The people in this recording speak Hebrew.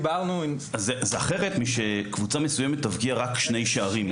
זה שונה ממצב שבו קבוצה מסוימת תבקיע לצורך העניין רק שני שערים.